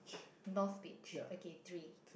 north beach okay three